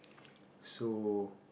so